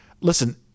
listen